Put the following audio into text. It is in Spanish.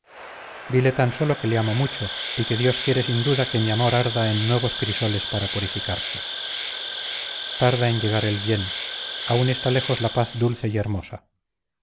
dile tan sólo que le amo mucho y que dios quiere sin duda que mi amor arda en nuevos crisoles para purificarse tarda en llegar el bien aún está lejos la paz dulce y hermosa